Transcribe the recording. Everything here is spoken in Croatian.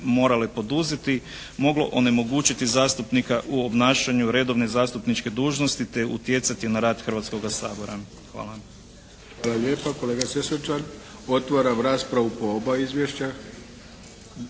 morale poduzeti moglo onemogućiti zastupnika u obnašanju redovne zastupničke dužnosti, te utjecati na rad Hrvatskoga sabora. Hvala. **Arlović, Mato (SDP)** Hvala lijepa kolega Sesvečan. Otvaram raspravu po oba izvješća.